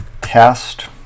test